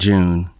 June